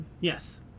Yes